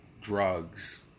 drugs